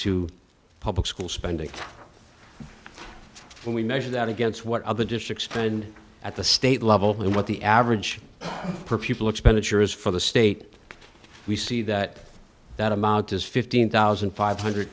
to public school spending and we measure that against what other districts spend at the state level and what the average per pupil expenditure is for the state we see that that amount is fifteen thousand five hundred